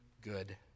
good